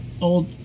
old